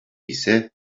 ise